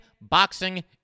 boxing